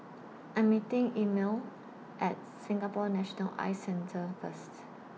I Am meeting Emile At Singapore National Eye Centre First